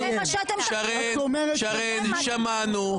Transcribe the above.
שמענו.